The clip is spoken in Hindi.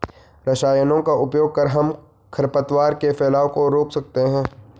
रसायनों का उपयोग कर हम खरपतवार के फैलाव को रोक सकते हैं